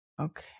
Okay